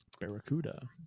Barracuda